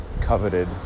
Coveted